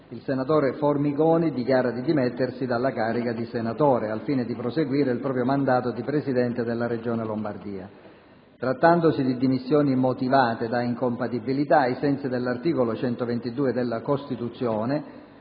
il senatore Formigoni dichiara di dimettersi dalla carica di senatore, al fine di proseguire il proprio mandato di Presidente della Regione Lombardia. Trattandosi di dimissioni motivate da incompatibilità ai sensi dell'articolo 122 della Costituzione,